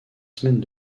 semaines